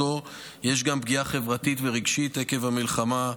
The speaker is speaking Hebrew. יש גם פגיעה חברתית ורגשית עקב המלחמה,